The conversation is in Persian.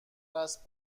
است